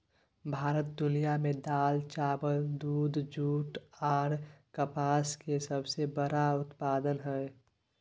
भारत दुनिया में दाल, चावल, दूध, जूट आर कपास के सबसे बड़ा उत्पादक हय